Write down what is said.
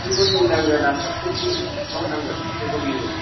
सिगुननि नांगोन आदा सिगुननिबा बिसिबां थांगोन सिगुननिबा